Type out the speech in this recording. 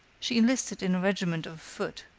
she enlisted in a regiment of foot,